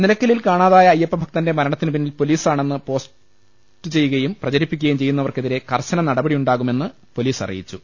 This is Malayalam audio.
നിലയ്ക്കലിൽ കാണാതായ അയ്യപ്പ ഭക്തിന്റെ മരണത്തിനു പിന്നിൽ പൊലീസ് ആണെന്ന് പോസ്റ്റു ചെയ്യുകയും പ്രചരിപ്പി ക്കുകയും ചെയ്യുന്നവർക്കെതിരെ കർശന നടപടിയുണ്ടാകു മെന്ന് പൊലീസ് അറിയിച്ചു